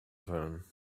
phone